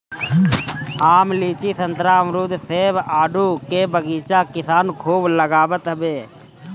आम, लीची, संतरा, अमरुद, सेब, आडू के बगीचा किसान खूब लगावत हवे